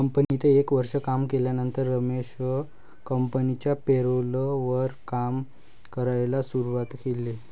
कंपनीत एक वर्ष काम केल्यानंतर रमेश कंपनिच्या पेरोल वर काम करायला शुरुवात केले